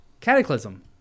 Cataclysm